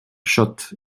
shut